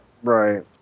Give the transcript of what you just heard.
Right